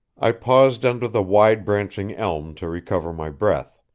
i paused under the wide-branching elm to recover my breath.